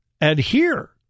adhere